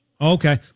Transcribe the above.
Okay